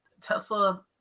Tesla